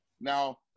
now